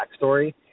backstory